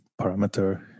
parameter